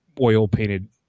oil-painted